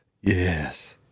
Yes